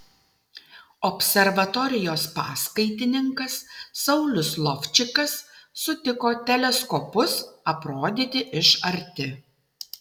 observatorijos paskaitininkas saulius lovčikas sutiko teleskopus aprodyti iš arti